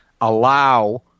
allow –